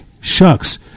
Shucks